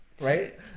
right